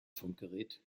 funkgerät